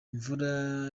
imvura